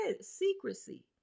secrecy